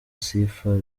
sifa